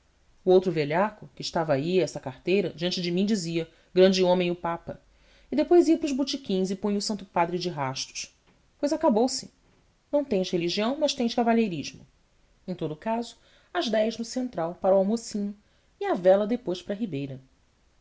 o outro velhaco que estava aí a essa carteira diante de mim dizia grande homem o papa e depois ia para os botequins e punha o santo padre de rastos pois acabou-se não tens religião mas tens cavalheirismo em todo o caso às dez no central para o almocinho e à vela depois para a ribeira